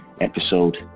episode